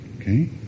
Okay